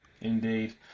Indeed